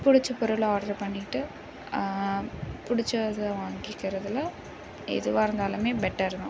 பிடிச்ச பொருளை ஆட்ரு பண்ணிட்டு புடிச்ச இதை வாங்கிக்கிறதில் எதுவாக இருந்தாலும் பெட்டர் தான்